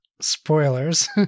spoilers